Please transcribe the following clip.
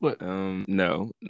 No